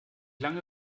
lange